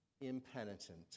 impenitent